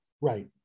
Right